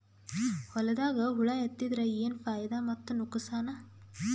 ಹೊಲದಾಗ ಹುಳ ಎತ್ತಿದರ ಏನ್ ಫಾಯಿದಾ ಮತ್ತು ನುಕಸಾನ?